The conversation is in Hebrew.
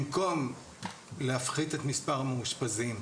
במקום להפחית את מספר המאושפזים,